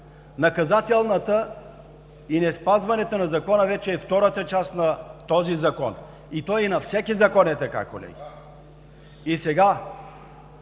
Наказателната и неспазването на Закона е втората част на този Закон. И на всеки закон е така, колеги. Чудя